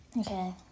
Okay